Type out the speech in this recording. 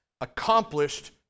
accomplished